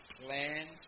plans